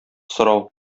сорау